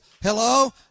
hello